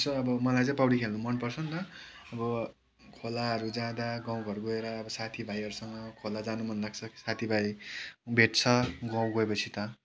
यसो अब मलाई चाहिँ पौडी खेल्नु मन पर्छ नि त अब खोलाहरू जाँदा गाउँ घर गएर अब साथी भाइहरूसँग खोला जानु मन लाग्छ साथी भाइ भेट्छ गाउँ गएपछि त